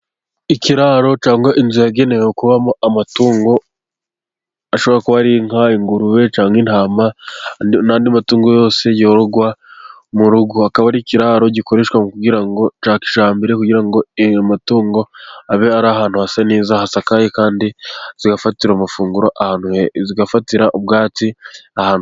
Ikiraro cyangwa inzu yagenewe kubamo amatungo, ashobora kuba ari inka, ingurube, cyangwa intama, n'andi matungo yose yororwa hakaba n ikiraro gikoreshwa kugira ngo cyane cyane imbere kugira ngo ayo matungo abe ari ahantu hasa neza, hasakaye kandi zigafatira amafunguro, ahantu zigafatira ubwatsi ahantu.